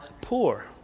poor